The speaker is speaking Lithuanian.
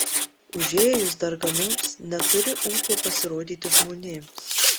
užėjus darganoms neturi ūpo pasirodyti žmonėms